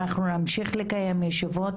אנחנו נמשיך לקיים ישיבות,